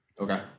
okay